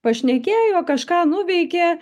pašnekėjo kažką nuveikė